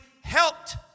helped